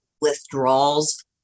withdrawals